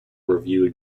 review